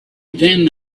then